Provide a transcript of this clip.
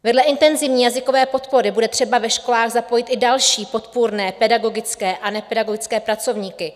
Vedle intenzivní jazykové podpory bude třeba ve školách zapojit i další podpůrné pedagogické a nepedagogické pracovníky.